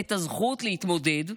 את הזכות להתמודד,